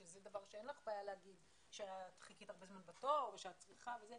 שזה דבר שאין לך בעיה להגיד שחיכית הרבה זמן בתור ושאת צריכה וכו',